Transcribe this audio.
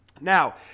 Now